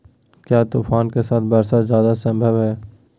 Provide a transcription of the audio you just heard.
क्या तूफ़ान के साथ वर्षा जायदा संभव है?